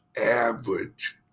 average